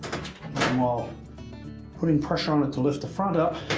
while putting pressure on it to lift the front up,